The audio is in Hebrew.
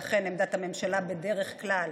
לכן עמדת הממשלה בדרך כלל